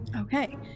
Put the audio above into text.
Okay